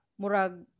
murag